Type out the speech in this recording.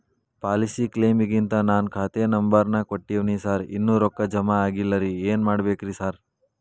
Policy ಕ್ಲೇಮಿಗಂತ ನಾನ್ ಖಾತೆ ನಂಬರ್ ನಾ ಕೊಟ್ಟಿವಿನಿ ಸಾರ್ ಇನ್ನೂ ರೊಕ್ಕ ಜಮಾ ಆಗಿಲ್ಲರಿ ಏನ್ ಮಾಡ್ಬೇಕ್ರಿ ಸಾರ್?